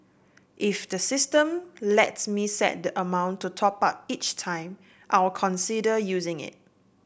if the system lets me set the amount to top up each time I'll consider using it